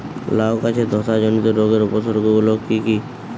লাউ গাছের ধসা জনিত রোগের উপসর্গ গুলো কি কি?